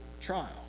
trial